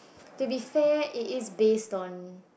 to be fair it is based on